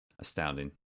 Astounding